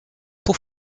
pour